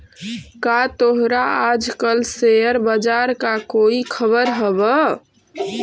का तोहरा आज कल शेयर बाजार का कोई खबर हवअ